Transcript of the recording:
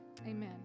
amen